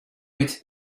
mit